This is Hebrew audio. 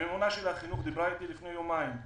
הממונה על החינוך דיברה איתי לפני יומיים.